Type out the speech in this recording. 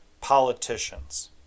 politicians